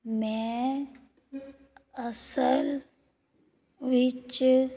ਮੈਂ ਅਸਲ ਵਿੱਚ